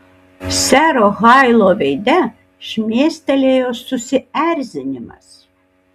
sero hailo veide šmėstelėjo susierzinimas